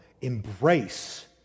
Embrace